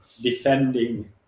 defending